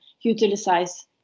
utilize